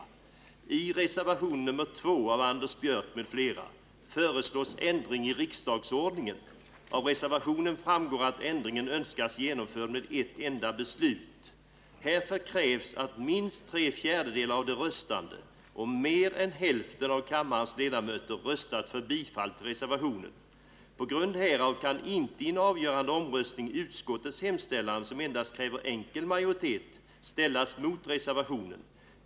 I reservationen föreslås ändring i riksdagsordningen. Av reservationen framgår att ändringen önskas genomförd med ett enda beslut. Härför krävs att minst tre fjärdedelar av de röstande och mer än hälften av kammarens ledamöter röstat för bifall till reservationen. På grund härav kan inte i en avgörande omröstning utskottets hemställan, som endast kräver enkel majoritet, ställas mot reservationen.